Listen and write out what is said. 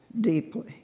deeply